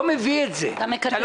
לא מדובר פה